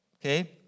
Okay